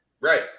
Right